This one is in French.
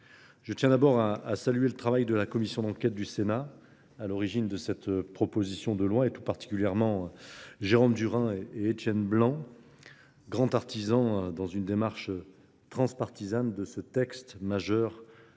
Je tiens d'abord à saluer le travail de la Commission d'enquête du Sénat à l'origine de cette proposition de loi et tout particulièrement Jérôme Durin et Etienne Blanc, grands artisans dans une démarche transpartisane de ce texte majeur